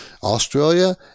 Australia